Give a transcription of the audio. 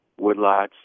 woodlots